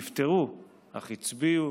נפטרו אך הצביעו,